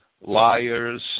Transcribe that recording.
liars